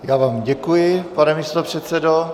Já vám děkuji, pane místopředsedo.